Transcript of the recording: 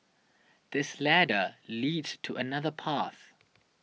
this ladder leads to another path